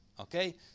Okay